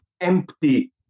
empty